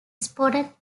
spotted